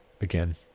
Again